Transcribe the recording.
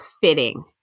fitting